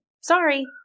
Sorry